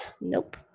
Nope